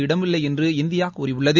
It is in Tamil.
இடமில்லை என்று இந்தியா கூறியுள்ளது